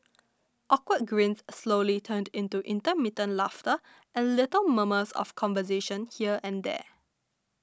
awkward grins slowly turned into intermittent laughter and little murmurs of conversation here and there